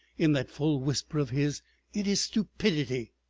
in that full whisper of his it is stupidity.